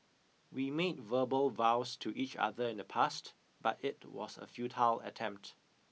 we made verbal vows to each other in the past but it was a futile attempt